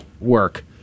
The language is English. work